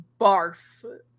barf